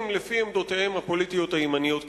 לפי עמדותיהם הפוליטיות הימניות קיצוניות.